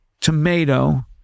tomato